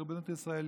על ריבונות ישראלית,